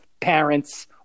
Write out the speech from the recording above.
parents